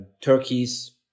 Turkey's